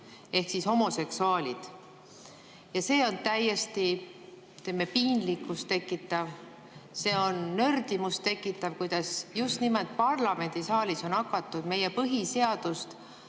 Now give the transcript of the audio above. ehk homoseksuaalid. See on täiesti, ütleme, piinlikkust tekitav, see on nördimust tekitav, kuidas just nimelt parlamendisaalis on hakatud meie põhiseadust